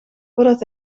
voordat